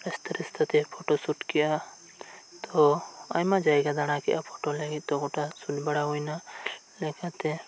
ᱨᱟᱥᱛᱟ ᱨᱟᱥᱛᱟ ᱛᱮ ᱯᱷᱳᱴᱳ ᱥᱩᱴ ᱠᱮᱫᱼᱟ ᱛᱚ ᱟᱭᱢᱟ ᱡᱟᱭᱜᱟ ᱫᱟᱬᱟ ᱠᱮᱫᱼᱟ ᱯᱷᱳᱴᱳ ᱞᱟᱹᱜᱤᱫ ᱛᱚ ᱜᱚᱴᱟ ᱥᱩᱴ ᱵᱟᱲᱟ ᱦᱩᱭ ᱮᱱᱟ ᱞᱮᱠᱟᱛᱮ